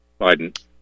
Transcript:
Biden